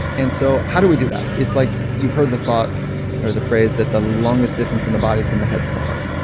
and so how do we do that? it's like you've heard the thought or the phrase that the longest distance in the body is from the head to the heart.